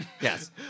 Yes